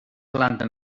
planta